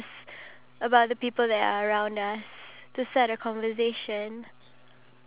but make sure it's not that sensitive at the same time when